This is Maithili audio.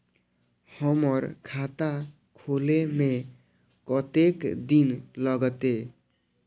हमर खाता खोले में कतेक दिन लगते?